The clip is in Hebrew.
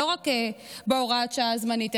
לא רק בהוראת השעה הזמנית,